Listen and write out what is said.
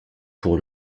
pour